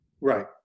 Right